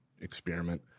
experiment